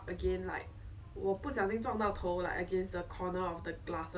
I remember she bled through like our P_E attire was white